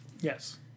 Yes